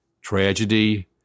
tragedy